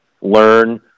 learn